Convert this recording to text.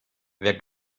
wer